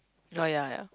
oh ya ya